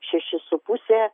šeši su puse